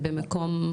זה במקום,